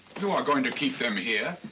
you aren't going to keep them here?